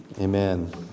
amen